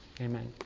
amen